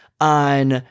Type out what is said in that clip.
on